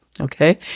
okay